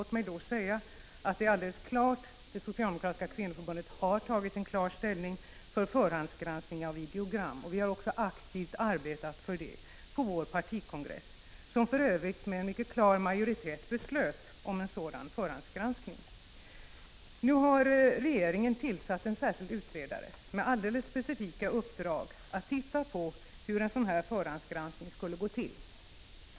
Låt mig i detta sammanhang säga att det socialdemokratiska kvinnoförbundet har gjort ett klart ställningstagande för förhandsgranskning av videogram. Vi har även aktivt arbetat för detta på vår partikongress, som för övrigt med mycket klar majoritet beslöt om en sådan förhandsgransk 39 ning. Nu har regeringen tillsatt en särskild utredare med alldeles specifika 10 december 1985 uppdrag att se över hur en förhandsgranskning skall gå till.